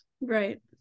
right